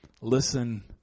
listen